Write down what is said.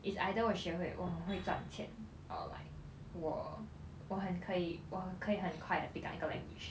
it's either 我学会我很会赚钱 or like 我我很可以我可以很快的 pick up 一个 language